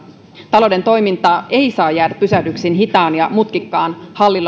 talouden toiminta ei saa jäädä pysähdyksiin hitaan ja mutkikkaan